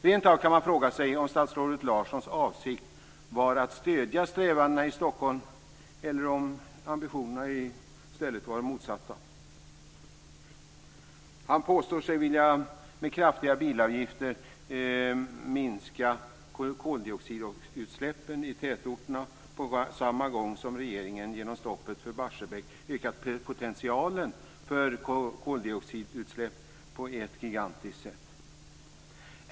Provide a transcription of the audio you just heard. Man kan rent av fråga sig om statsrådet Larssons avsikt var att stödja strävandena i Stockholm eller om ambitionerna i stället var de motsatta. Miljöministern påstår sig vilja med kraftiga bilavgifter minska koldioxidutsläppen i tätorterna, på samma gång som regeringen genom stoppet för Barsebäck ökat potentialen för koldioxidutsläpp på ett gigantiskt sätt.